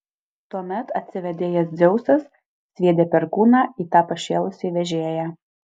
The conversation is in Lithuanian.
tuomet atsivėdėjęs dzeusas sviedė perkūną į tą pašėlusį vežėją